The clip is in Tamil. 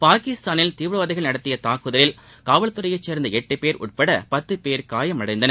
பாகிஸ்தானில் தீவிரவாதிகள் நடத்திய தாக்குதலில் காவல்துறையைச்சேர்ந்த எட்டுபேர் உட்பட பத்து பேர் காயமடைந்தனர்